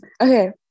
Okay